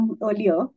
earlier